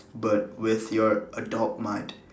but with your adult mind